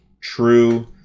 true